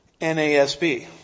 NASB